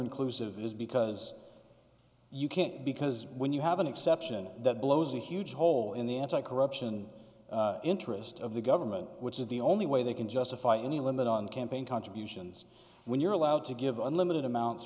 inclusive is because you can't because when you have an exception that blows a huge hole in the anti corruption interest of the government which is the only way they can justify any limit on campaign contributions when you're allowed to give unlimited amounts